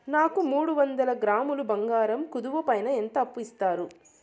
నాకు మూడు వందల గ్రాములు బంగారం కుదువు పైన ఎంత అప్పు ఇస్తారు?